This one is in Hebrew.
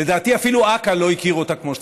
שלדעתי אפילו אכ"א לא הכיר אותה כמו שצריך,